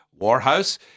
Warhouse